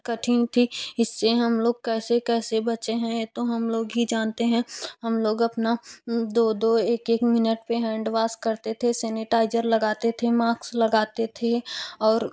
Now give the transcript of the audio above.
कठिन थी इससे हम लोग कैसे कैसे बचे हैं यह तो हम लोग ही जानते हैं हम लोग अपना दो दो एक एक मिनट पर हैंड वाश करते हैं सेनिटाइजर लगाते थे माक्स लगाते थे और